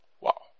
Wow